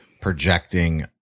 projecting